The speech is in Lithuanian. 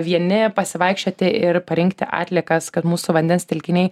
vieni pasivaikščioti ir parinkti atliekas kad mūsų vandens telkiniai